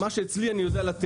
מה שאצלי, אני יודע לתת.